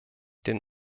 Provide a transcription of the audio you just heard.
den